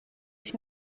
sich